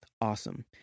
awesome